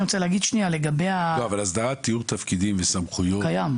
אבל הסדרת תיאור תפקידים וסמכויות --- קיים,